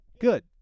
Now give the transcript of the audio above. good